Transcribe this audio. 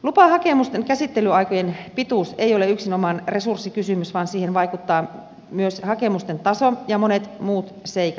lupahakemusten käsittelyaikojen pituus ei ole yksinomaan resurssikysymys vaan siihen vaikuttaa myös hakemusten taso ja monet muut seikat